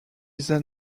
then